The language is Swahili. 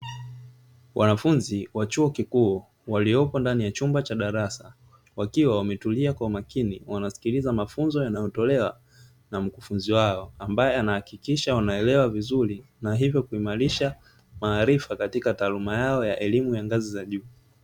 Wanafunzi wa chuo kikuu waliopo ndani ya chumba cha darasa. Wakiwa wametulia kwa umakini wanasikiliza mafunzo yanayotolewa na mkufunzi wao, ambaye anahakikisha wanaelewa vizuri na hivyo kuimarisha maarifa katika taaluma yao ya elimu ya ngazi za juu.